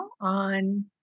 on